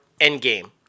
Endgame